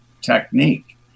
technique